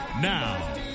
Now